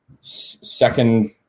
second